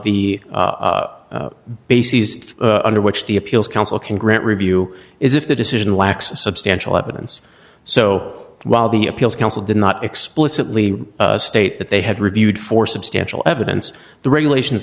the bases under which the appeals council can grant review is if the decision lacks a substantial evidence so while the appeals council did not explicitly state that they had reviewed for substantial evidence the regulations